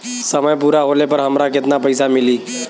समय पूरा होला पर हमरा केतना पइसा मिली?